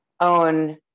own